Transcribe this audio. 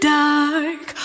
dark